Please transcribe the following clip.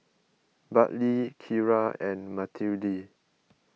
Bartley Kira and Matilde